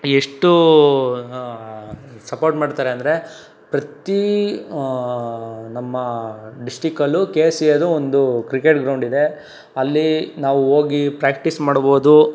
ಎಷ್ಟು ಸಪೋರ್ಟ್ ಮಾಡ್ತಾರೆ ಅಂದರೆ ಪ್ರತಿ ನಮ್ಮ ಡಿಸ್ಟಿಕಲ್ಲೂ ಕೆ ಸಿ ಎದು ಒಂದು ಕ್ರಿಕೆಟ್ ಗ್ರೌಂಡ್ ಇದೆ ಅಲ್ಲಿ ನಾವು ಹೋಗಿ ಪ್ರ್ಯಾಕ್ಟೀಸ್ ಮಾಡ್ಬೋದು